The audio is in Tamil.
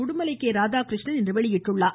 உடுமலை ராதாகிருஷ்ணன் இன்று வெளியிட்டார்